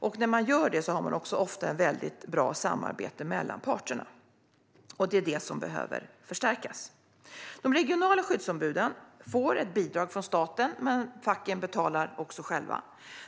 Då har man ofta också ett bra samarbete mellan parterna, och det är detta som behöver förstärkas. De regionala skyddsombuden får ett bidrag från staten, men facken betalar också själva.